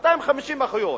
250 אחיות,